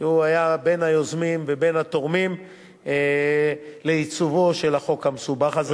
שהוא היה בין היוזמים ובין התורמים לעיצובו של החוק המסובך הזה,